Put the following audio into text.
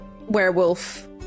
werewolf